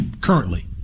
currently